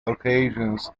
occasions